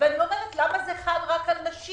אני אומרת: אבל למה זה חל רק על נשים?